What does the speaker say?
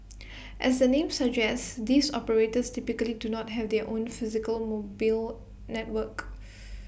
as the name suggests these operators typically do not have their own physical mo build networks